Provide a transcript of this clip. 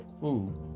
food